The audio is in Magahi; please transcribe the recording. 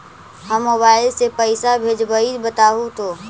हम मोबाईल से पईसा भेजबई बताहु तो?